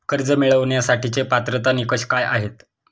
कर्ज मिळवण्यासाठीचे पात्रता निकष काय आहेत?